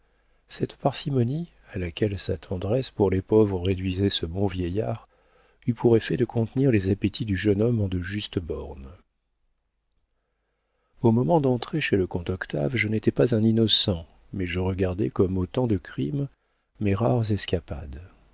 cette parcimonie à laquelle sa tendresse pour les pauvres réduisait ce bon vieillard eut pour effet de contenir les appétits du jeune homme en de justes bornes au moment d'entrer chez le comte octave je n'étais pas un innocent mais je regardais comme autant de crimes mes rares escapades